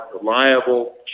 reliable